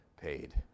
paid